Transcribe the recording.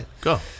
Go